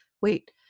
wait